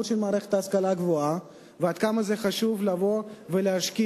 של מערכת ההשכלה הגבוהה ועד כמה זה חשוב לבוא ולהשקיע